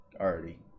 already